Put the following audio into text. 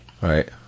right